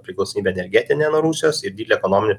priklausomybę energetinę nuo rusijos ir didelę ekonominę